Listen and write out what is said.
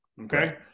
okay